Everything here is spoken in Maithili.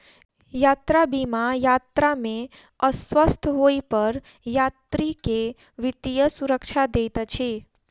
यात्रा बीमा यात्रा में अस्वस्थ होइ पर यात्री के वित्तीय सुरक्षा दैत अछि